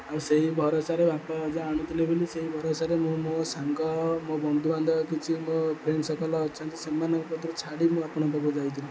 ଆଉ ସେହି ଭରସାରେ ବାପା ଅଜା ଆଣୁଥିଲେ ବୋଲି ସେହି ଭରସାରେ ମୁଁ ମୋ ସାଙ୍ଗ ମୋ ବନ୍ଧୁ ବାନ୍ଧବ କିଛି ମୋ ଫ୍ରେଣ୍ଡ ସର୍କଲ୍ ଅଛନ୍ତି ସେମାନଙ୍କ କତିରୁ ଛାଡ଼ି ମୁଁ ଆପଣଙ୍କ ପାଖକୁ ଯାଇଥିଲି